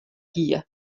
hie